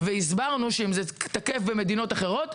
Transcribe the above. והסברנו שאם זה תקף במדינות אחרות,